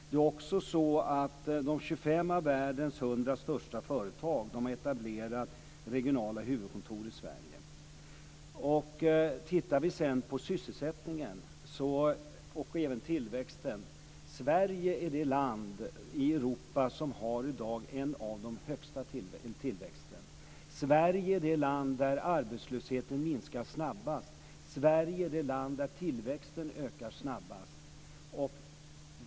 Det är också så att 25 av världens 100 största företag har etablerat regionala huvudkontor i Sverige. Om vi sedan tittar på sysselsättningen och tillväxten kan vi se att Sverige är ett av de länder i Europa som i dag har den högsta tillväxten. Sverige är det land där arbetslösheten minskar snabbast. Sverige är det land där tillväxten ökar snabbast.